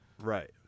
Right